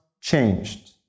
changed